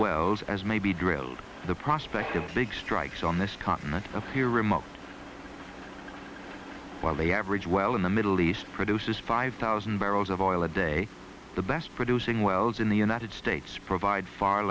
wells as may be drilled the prospect of big strikes on this continent appear remote while the average well in the middle east produces five thousand barrels of oil a day the best producing wells in the united states provide far